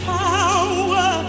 power